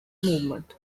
movement